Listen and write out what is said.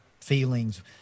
feelings